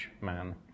man